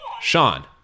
Sean